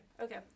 Okay